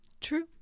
True